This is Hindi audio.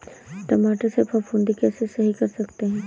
टमाटर से फफूंदी कैसे सही कर सकते हैं?